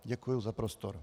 Děkuji za prostor.